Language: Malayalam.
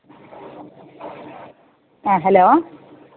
ആ ഹലോ